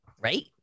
Right